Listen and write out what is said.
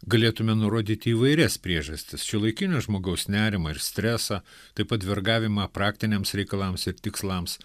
galėtume nurodyti įvairias priežastis šiuolaikinio žmogaus nerimą ir stresą taip pat vergavimą praktiniams reikalams ir tikslams